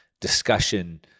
discussion